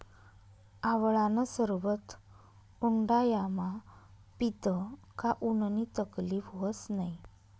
आवळानं सरबत उंडायामा पीदं का उननी तकलीब व्हस नै